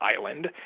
island